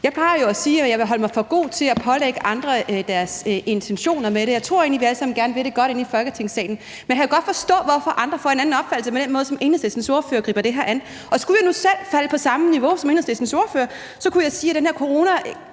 Jeg plejer jo at sige, at jeg vil holde mig for god til at pålægge andre deres intentioner med tingene. Jeg tror egentlig, at vi alle sammen gerne vil det godt inde i Folketingssalen, men jeg kan godt forstå, hvorfor andre får en anden opfattelse med den måde, som Enhedslistens ordfører griber det her an på. Skulle jeg nu selv falde ned på samme niveau som Enhedslistens ordfører, kunne jeg sige, at den her coronakrise